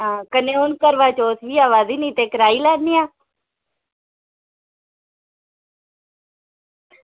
हां कन्नै हून करवाचौथ बी आवा दी नी ते कराई लैन्ने आं